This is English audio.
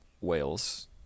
Wales